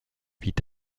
vit